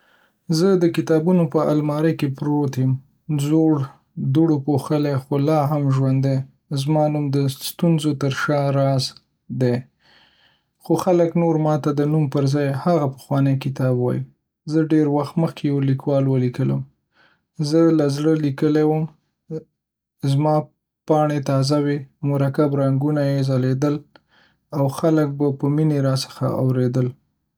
زه د کتابونو په المارۍ کې پروت یم، زوړ، دوړو پوښلی، خو لا هم ژوندی. زما نوم "د ستورو تر شا راز" دی، خو خلک نور ماته د نوم پر ځای، "هغه پخوانی کتاب" وايي. زه ډېر وخت مخکې یو لیکوال ولیکم، هغه زه له زړه لیکلی وم. زما پاڼې تازه وې، مرکب رنګونه یې ځلېدل، او خلک به له مینې راڅخه اورېدل.